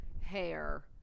hair